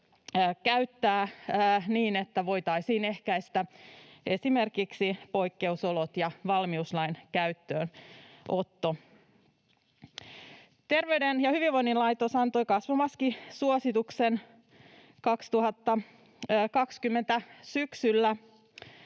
käyttää, niin että voitaisiin ehkäistä esimerkiksi poikkeusolot ja valmiuslain käyttöönotto. Terveyden ja hyvinvoinnin laitos antoi kasvomaskisuosituksen syksyllä